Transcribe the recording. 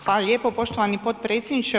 Hvala lijepo poštovani potpredsjedniče.